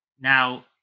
Now